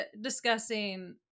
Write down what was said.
discussing